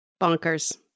Bonkers